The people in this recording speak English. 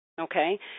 okay